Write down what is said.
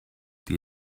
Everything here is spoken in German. die